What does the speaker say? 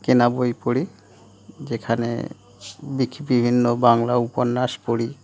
কেনা বই পড়ি যেখানে বিভিন্ন বাংলা উপন্যাস পড়ি